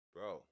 Bro